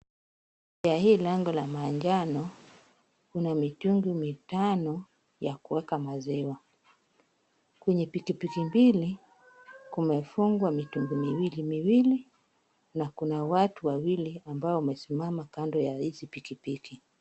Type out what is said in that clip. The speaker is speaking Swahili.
Kwenye hili lango la manjano, kuna mitungi mitano ya kuweka maziwa. Kwenye pikipiki mbili kumefungwa mitungi miwili miwili na kuna watu wawili ambao wamesimama kando ya hizi pikipiki.